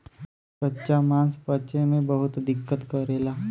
कच्चा मांस पचे में बहुत दिक्कत करेला